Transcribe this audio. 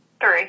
three